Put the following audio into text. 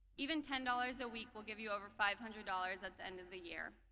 even ten dollars a week willl give you over five hundred dollars at the end of the year.